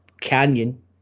Canyon